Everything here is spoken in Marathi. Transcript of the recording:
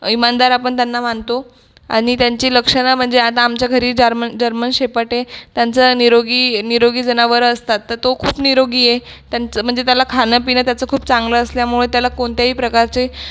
इमानदार आपण त्यांना मानतो आणि त्यांची लक्षणं म्हणजे आता आमच्या घरी जर्म जर्मन शेपर्ट आहे त्यांचं निरोगी निरोगी जनावरं असतात तर तो खूप निरोगी आहे त्यांचं म्हणजे त्याला खाणंपिणं त्याचं खूप चांगलं असल्यामुळे त्याला कोणत्याही प्रकारचे